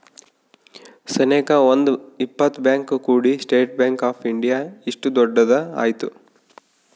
ಸನೇಕ ಒಂದ್ ಇಪ್ಪತ್ ಬ್ಯಾಂಕ್ ಕೂಡಿ ಸ್ಟೇಟ್ ಬ್ಯಾಂಕ್ ಆಫ್ ಇಂಡಿಯಾ ಇಷ್ಟು ದೊಡ್ಡದ ಆಯ್ತು